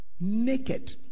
naked